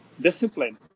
discipline